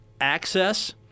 access